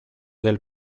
del